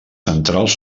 centrals